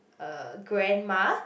a grandma